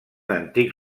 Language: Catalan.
antic